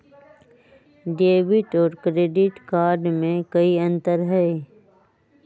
Debit और credit card में कई अंतर हई?